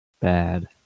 bad